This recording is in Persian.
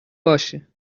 باشه